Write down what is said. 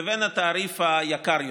לבין התעריף היקר יותר.